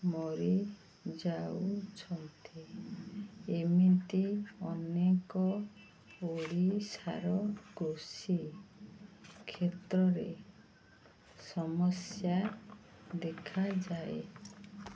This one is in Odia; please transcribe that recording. ମରିଯାଉଛନ୍ତି ଏମିତି ଅନେକ ଓଡ଼ିଶାର କୃଷି କ୍ଷେତ୍ରରେ ସମସ୍ୟା ଦେଖାଯାଏ